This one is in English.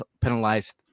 penalized